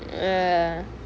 ya